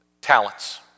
talents